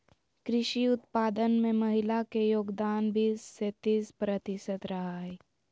कृषि उत्पादन में महिला के योगदान बीस से तीस प्रतिशत रहा हइ